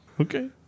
Okay